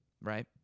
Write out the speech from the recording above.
Right